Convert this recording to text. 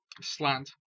slant